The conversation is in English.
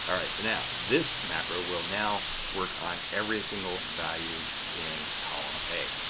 um right. so now, this macro will now work on every single value in column a.